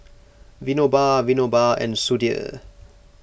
Vinoba Vinoba and Sudhir